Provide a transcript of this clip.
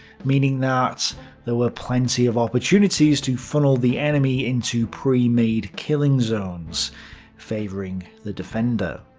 meaning that there were plenty of opportunities to funnel the enemy into pre-made killing zones favouring the defender.